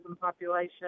population